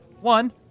one